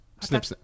snip